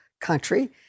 country